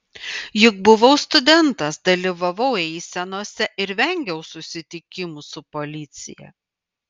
juk buvau studentas dalyvavau eisenose ir vengiau susitikimų su policija